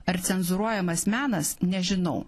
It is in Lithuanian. ar cenzūruojamas menas nežinau